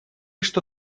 что